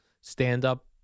stand-up